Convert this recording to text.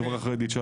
לחברה חרדית.